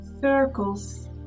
circles